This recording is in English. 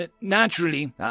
Naturally